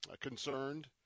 concerned